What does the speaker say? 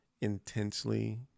intensely